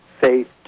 faith